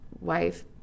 wife